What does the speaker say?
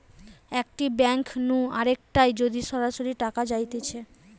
একটি ব্যাঙ্ক নু আরেকটায় যদি সরাসরি টাকা যাইতেছে